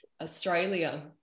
Australia